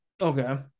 Okay